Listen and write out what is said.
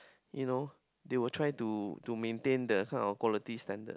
you know they will try to to maintain that kind of quality standard